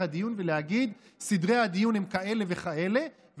הדיון ולהגיד: סדרי הדיון הם כאלה וכאלה,